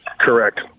Correct